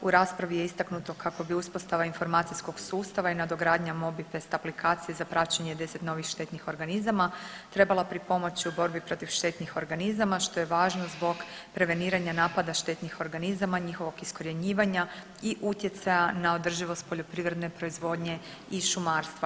U raspravi je istaknuto kako bi uspostava informacijskog sustava i nadogradnja MOBI Pest aplikacije za praćenje 10 novih štetnih organizama trebala pripomoći u borbi protiv štetnih organizama, što je važno zbog preveniranja napada štetnih organizama, njihovog iskorjenjivanja i utjecaja na održivost poljoprivredne proizvodnje i šumarstva.